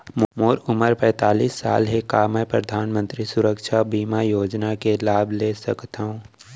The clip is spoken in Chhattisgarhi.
मोर उमर पैंतालीस साल हे का मैं परधानमंतरी सुरक्षा बीमा योजना के लाभ ले सकथव?